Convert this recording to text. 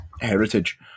heritage